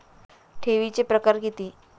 ठेवीचे प्रकार किती?